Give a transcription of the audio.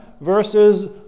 versus